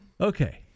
Okay